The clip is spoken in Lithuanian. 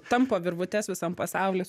tampo virvutes visam pasauly